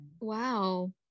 Wow